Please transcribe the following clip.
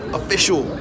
official